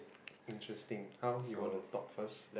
interesting how you want to talk first